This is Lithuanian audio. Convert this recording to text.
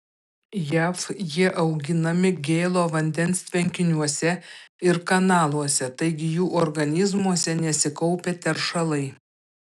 jav jie auginami gėlo vandens tvenkiniuose ir kanaluose taigi jų organizmuose nesikaupia teršalai